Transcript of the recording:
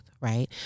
right